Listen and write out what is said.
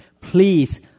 Please